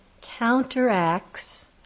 counteracts